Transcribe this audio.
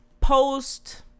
post